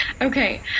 Okay